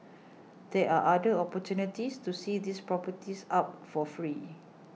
there are other opportunities to see these properties up for free